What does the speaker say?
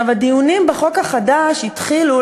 הדיונים בחוק החדש התחילו,